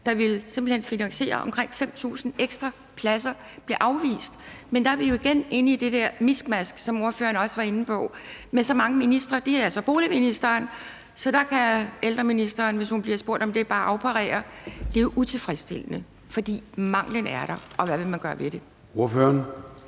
hen ville finansiere omkring 5.000 ekstra pladser, blev afvist. Men der er vi jo igen, som ordføreren også var inde på, inde i det der miskmask med så mange ministre. Det er så her boligministeren, så der kan ældreministeren, hvis hun bliver spurgt om det, bare afparere. Det er jo utilfredsstillende, for manglen er der, og hvad vil man gøre ved det? Kl.